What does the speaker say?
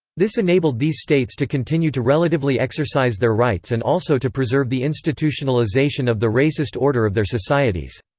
this enabled these states to continue to relatively exercise their rights and also to preserve the institutionalization of the racist order of their societies.